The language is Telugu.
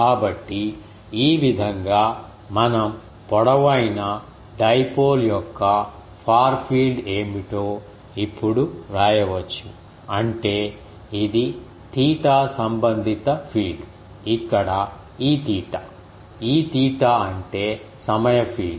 కాబట్టి ఈ విధంగా మనం పొడవైన డైపోల్ యొక్క ఫార్ ఫీల్డ్ ఏమిటో ఇప్పుడు వ్రాయవచ్చు అంటే ఇది తీటా సంబంధితఫీల్డ్ ఇక్కడ Eθ Eθ అంటే సమయఫీల్డ్